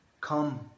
come